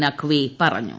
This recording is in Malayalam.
നഖ്വി പറഞ്ഞു